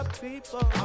people